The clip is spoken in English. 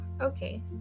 okay